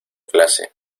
clase